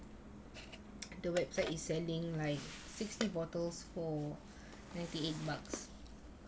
the website is selling like sixty bottles for ninety eight bucks